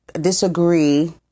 disagree